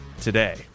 today